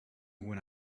when